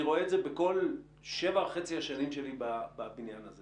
ואני רואה את זה בכל 7.5 השנים שלי בבניין הזה